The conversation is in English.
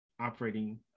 operating